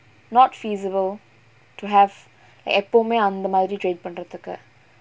not feasible to have எப்பவுமே அந்தமாரி:eppavumae anthamaari trade பன்றதுக்கு:panrathukku